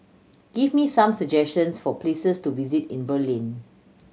give me some suggestions for places to visit in Berlin